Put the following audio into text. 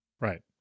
Right